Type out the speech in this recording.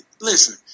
Listen